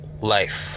life